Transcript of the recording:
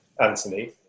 Anthony